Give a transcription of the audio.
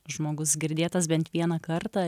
žmogus girdėtas bent vieną kartą